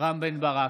רם בן ברק,